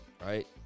Right